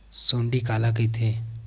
सुंडी काला कइथे?